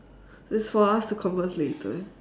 it's for us to converse later